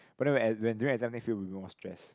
but then when when during exam I think feel even more stress